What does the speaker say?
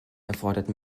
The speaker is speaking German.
erfordert